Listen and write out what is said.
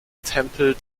tempel